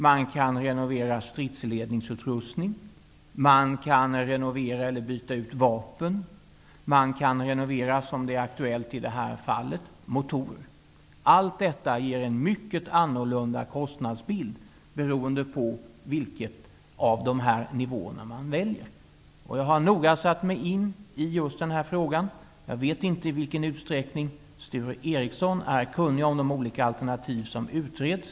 Man kan renovera stidsledningsutrustning, renovera eller byta ut vapen, man kan renovera motorer, vilket är aktuellt i detta fall. Allt detta ger en mycket annorlunda kostnadsbild beroende på vilket av dessa nivåer man väljer. Jag har noga satt mig in i denna fråga. Jag vet inte i vilken utsträckning Sture Ericson är kunnig om de olika alternativ som utreds.